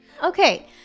okay